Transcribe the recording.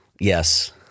Yes